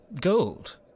gold